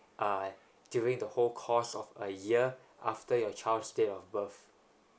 uh during the whole course of a year after your child's date of birth